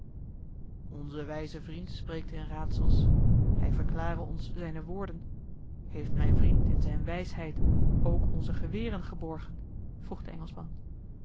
onze wijze vriend spreekt in raadsels hij verklare ons zijne woorden heeft mijn vriend in zijne wijsheid ook onze geweren geborgen vroeg de